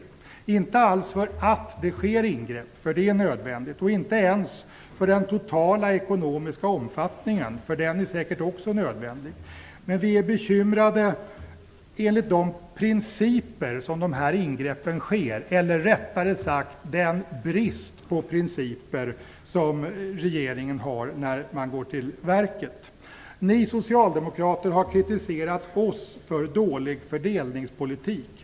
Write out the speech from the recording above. Vi är inte bekymrade över att det sker ingrepp - det är nödvändigt - och inte ens över den totala ekonomiska omfattningen. Den är säkert också nödvändig. Vi är bekymrade över principerna för ingreppen eller rättare sagt den brist på principer som regeringen har när man går till verket. Ni socialdemokrater har kritiserat oss för dålig fördelningspolitik.